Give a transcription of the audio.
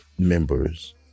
Members